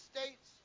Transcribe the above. States